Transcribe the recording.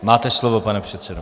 Máte slovo, pane předsedo.